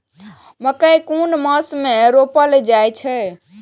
मकेय कुन मास में रोपल जाय छै?